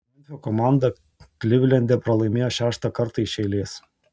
memfio komanda klivlende pralaimėjo šeštą kartą iš eilės